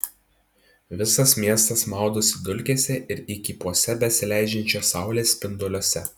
visas miestas maudosi dulkėse ir įkypuose besileidžiančios saulės spinduliuose